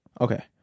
Okay